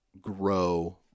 grow